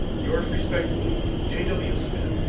yours respectfully, j. w. smith,